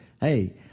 hey